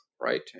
right